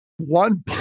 One